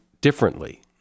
differently